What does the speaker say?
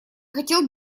хотел